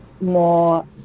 more